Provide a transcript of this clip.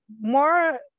more